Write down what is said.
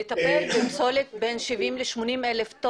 לטפל בפסולת שהיא בת 70,000 ל-80,000,